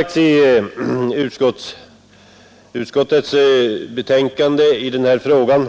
I utskottets betänkande sägs